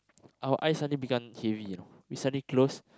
our eyes suddenly become heavy you know we suddenly close